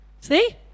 See